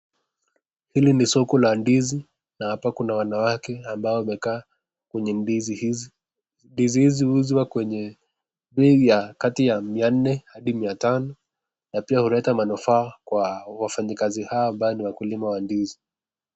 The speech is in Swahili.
Hili ni soko na ndizi na hapa kuna wanawake ambao wamekaa kwenye ndizi hizi. Ndizi hizi huuzwa kwenye pei ya kati ya mia nne hadi mia tano na pia huleta manufaa kwa wafanyikazi hawa ambao ni wakulima wa ndizi.